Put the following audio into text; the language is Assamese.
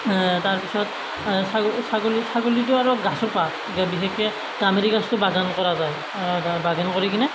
তাৰপিছত ছাগলী ছাগলী ছাগলীটো আৰু গছৰ পাত গা বিশেষকৈ গমাৰি গছটো বাগান কৰা যায় বাগান কৰি কিনে